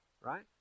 right